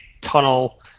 tunnel